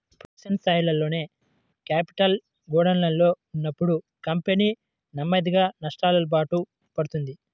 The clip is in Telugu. ప్రొడక్షన్ స్థాయిలోనే క్యాపిటల్ గోడౌన్లలో ఉన్నప్పుడు కంపెనీ నెమ్మదిగా నష్టాలబాట పడతది